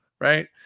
right